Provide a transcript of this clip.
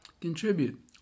contribute